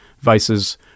Vice's